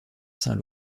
saint